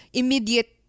immediate